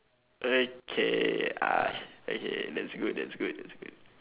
okay ah okay that's good that's good that's good